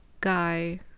guy